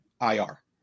IR